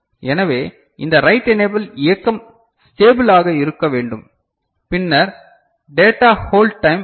எனவே இந்த write enable இயக்கம் ஸ்டேபிள் ஆக இருக்க வேண்டும் பின்னர் டேட்டா ஹோல்ட் டைம் வரும்